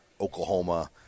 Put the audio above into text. Oklahoma